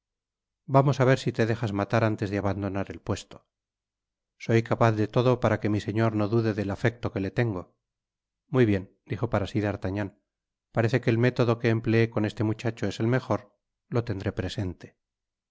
vamos á ver si te dejas matar antes de abandonar el puesto soy capaz de todo para que mi señor no dude del afecto que le tengo muy bien dijo para sí d'artagnan parece que el método que empleé con este muchacho es el mejor lo tendré presente